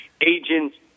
agents